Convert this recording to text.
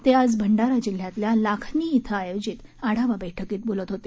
ते आज भंडारा जिल्ह्यातल्या लाखनी इथं आयोजित आढावा बैठकीत ते बोलत होते